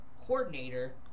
coordinator